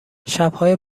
شبهای